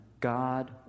God